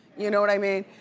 you know what i mean?